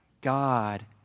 God